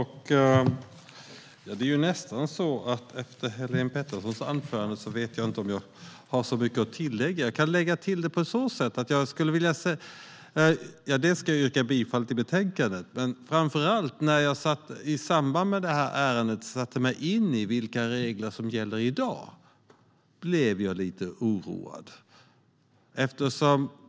Herr talman! Efter Helene Peterssons anförande vet jag inte om jag har så mycket att tillägga. Men jag yrkar förstås bifall till utskottets förslag. När jag i samband med det här ärendet satte mig in i vilka regler som gäller i dag blev jag lite oroad.